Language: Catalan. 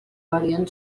varien